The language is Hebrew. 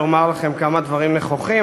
לומר לכם כמה דברים נכוחים,